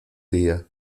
día